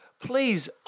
Please